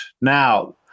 now